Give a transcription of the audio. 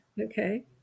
Okay